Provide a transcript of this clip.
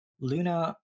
Luna